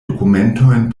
dokumentojn